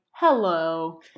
hello